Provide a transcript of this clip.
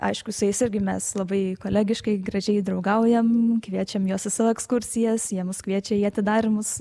aišku su jais irgi mes labai kolegiškai gražiai draugaujam kviečiam juos į savo ekskursijas jie mus kviečia į atidarymus